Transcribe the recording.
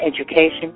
education